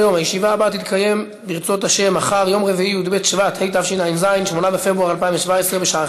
חשש מהעברת מיזם תמנע